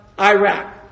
Iraq